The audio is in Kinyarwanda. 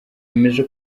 zemeje